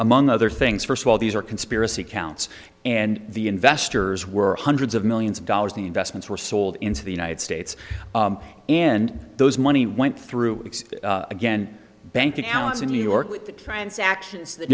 among other things first of all these are conspiracy counts and the investors were hundreds of millions of dollars the investments were sold into the united states and those money went through again bank accounts in new york with the transactions that